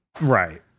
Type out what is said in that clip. Right